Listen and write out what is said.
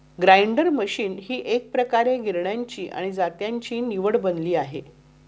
grinder machine ही एकप्रकारे गिरण्यांची आणि जात्याची निवड बनली आहे